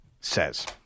says